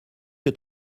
que